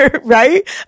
right